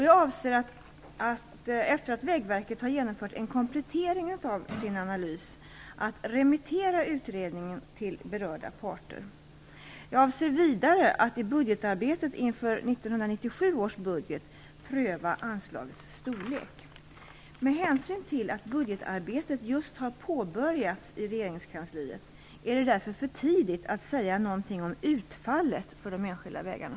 Jag avser efter att Vägverket genomfört en komplettering av sin analys att remittera utredningen till berörda parter. Jag avser vidare att i budgetarbetet inför 1997 års budget pröva anslagets storlek. Med hänsyn till att budgetarbetet just har påbörjats i regeringskansliet är det därför för tidigt att säga någonting om utfallet för de enskilda vägarna.